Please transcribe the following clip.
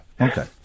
okay